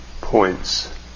points